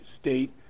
state